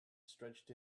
stretched